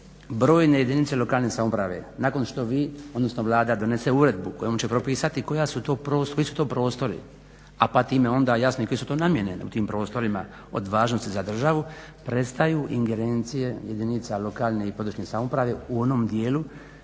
brojne jedinice lokalne samouprave nakon što vi, odnosno Vlada donese uredbu kojom će propisati koji su to prostori, a pa time onda jasno i koje su to namjene u tim prostorima od važnosti za državu prestaju ingerencije jedinica lokalne i područne samouprave u onom dijelu